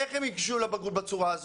איך הם יגשו לבגרות בצורה הזאת?